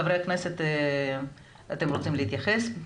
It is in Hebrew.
חברי הכנסת, אתם רוצים להתייחס?